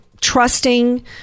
trusting